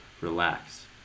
relax